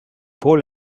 paul